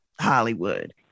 Hollywood